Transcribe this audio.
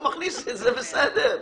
הוא מכניס, זה בסדר.